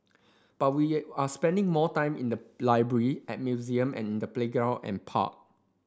but we are spending more time in the library at museum and in the playground and park